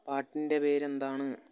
പാട്ടിൻ്റെ പേരെന്താണ്